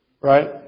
right